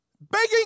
begging